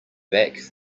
back